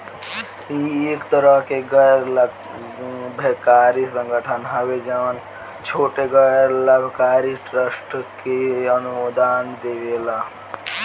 इ एक तरह के गैर लाभकारी संगठन हवे जवन छोट गैर लाभकारी ट्रस्ट के अनुदान देवेला